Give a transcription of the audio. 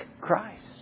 Christ